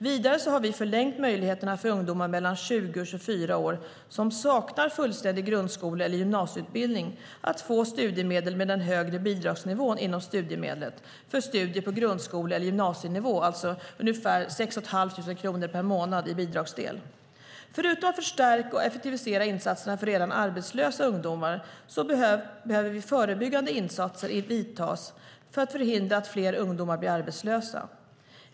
Vidare har vi förlängt möjligheterna för ungdomar mellan 20 och 24 år som saknar fullständig grundskole eller gymnasieutbildning att få studiemedel med den högre bidragsnivån inom studiemedlet för studier på grundskole eller gymnasienivå, alltså ungefär 6 500 kronor per månad i bidragsdel. Förutom att förstärka och effektivisera insatserna för redan arbetslösa ungdomar behöver förebyggande åtgärder vidtas för att förhindra att fler ungdomar blir arbetslösa.